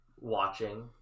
watching